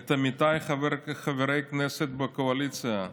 את עמיתיי חברי הכנסת בקואליציה,